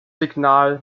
signal